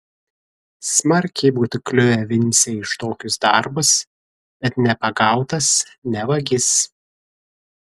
smarkiai būtų kliuvę vincei už tokius darbus bet nepagautas ne vagis